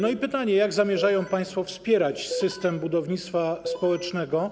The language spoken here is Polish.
No i pytanie: Jak zamierzają państwo wspierać system budownictwa społecznego?